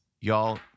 y'all